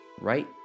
right